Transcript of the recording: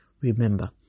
Remember